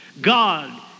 God